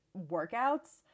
workouts